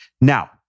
Now